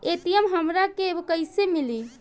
ATM हमरा के कइसे मिली?